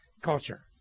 culture